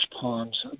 ponds